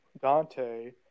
Dante